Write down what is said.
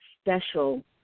special